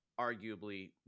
arguably